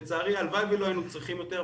הלוואי ולא היינו צריכים יותר,